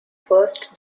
first